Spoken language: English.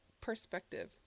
perspective